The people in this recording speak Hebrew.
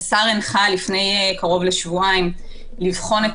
השר הנחה לפני קרוב לשבועיים לבחון את